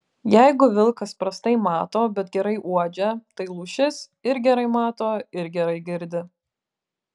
jeigu vilkas prastai mato bet gerai uodžia tai lūšis ir gerai mato ir gerai girdi